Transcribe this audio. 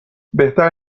بهتر